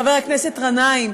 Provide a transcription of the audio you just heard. חבר הכנסת גנאים.